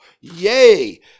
Yay